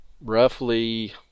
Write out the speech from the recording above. roughly